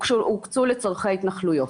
הוקצו לצורכי התנחלויות.